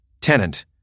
Tenant